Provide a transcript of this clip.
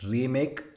Remake